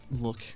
look